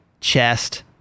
chest